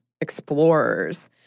explorers